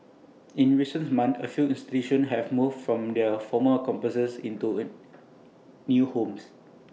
in recent months A few institutions have moved from their former campuses into new homes